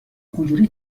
اونجوری